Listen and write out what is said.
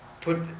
put